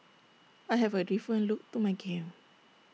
I have A different look to my game